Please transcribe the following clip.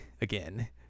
again